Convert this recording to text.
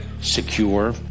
secure